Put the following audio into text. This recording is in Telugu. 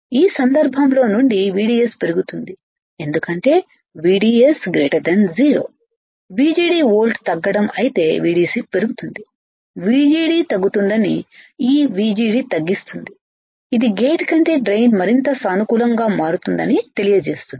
ఈ సందర్భంలో నుండి VDS పెరుగుతుంది ఎందుకంటే VDS 0 VGD వోల్ట్ తగ్గడం అయితే VDS పెరుగుతుంది VGD తగ్గుతుందని ఈ VGD తగ్గిస్తుంది ఇది గేట్ కంటే డ్రెయిన్ మరింత సానుకూలంగా మారుతోందని తెలియజేస్తుంది